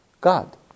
God